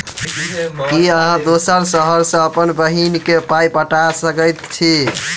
की अहाँ दोसर शहर सँ अप्पन बहिन केँ पाई पठा सकैत छी?